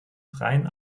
freien